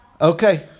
Okay